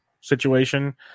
situation